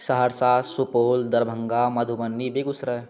Saharsa Supaul Darbhanga Madhubani Begusarai